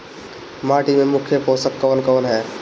माटी में मुख्य पोषक कवन कवन ह?